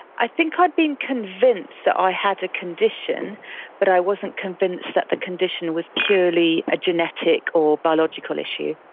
i think i'd been convinced that i had a condition but i wasn't convinced that the condition was purely a genetic or biological issue.